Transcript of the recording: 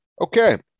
okay